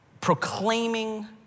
proclaiming